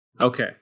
Okay